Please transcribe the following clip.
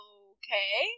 okay